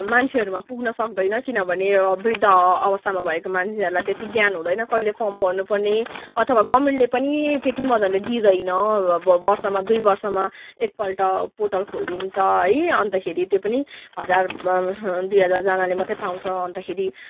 मान्छेहरूमा पुग्न सक्दैन किनभने बृद्ध अवस्थामा भएको मान्छेहरूलाई त्यति ज्ञान हुँदैन कहिले फर्म भर्नु पर्ने अथवा गभर्मेन्टले पनि त्यति मजाले दिँदैन अब बर्षमा दुई बर्षमा एकपल्ट पोर्टल खोल्दिँदो है अन्तखेरि त्यो पनि हजार दुई हजारजनाले मात्रै पाउँछ अन्तखेरि